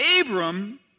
Abram